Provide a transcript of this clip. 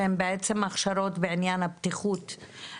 שהן בעצם הכשרות בעניין הבטיחות,